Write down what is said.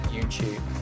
YouTube